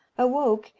awoke,